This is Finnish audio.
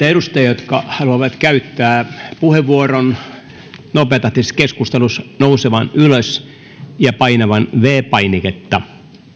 edustajia jotka haluavat käyttää puheenvuoron nopeatahtisessa keskustelussa nousemaan ylös ja painamaan viides painiketta